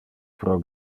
pro